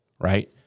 right